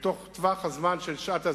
בטווח הזמן של "שעת הזהב"